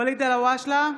(קוראת בשמות חברי הכנסת) ואליד אלהואשלה,